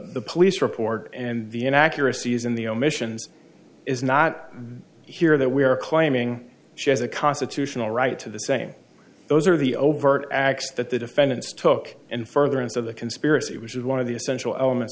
the police report and the inaccuracy is in the omissions is not here that we are claiming she has a constitutional right to the same those are the overt acts that the defendants took in furtherance of the conspiracy which is one of the essential element